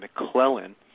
McClellan